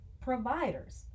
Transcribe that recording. providers